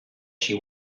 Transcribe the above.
she